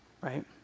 Right